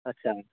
आटसा